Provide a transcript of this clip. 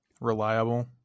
Reliable